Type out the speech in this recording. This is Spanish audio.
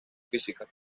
física